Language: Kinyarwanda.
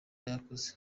yakoze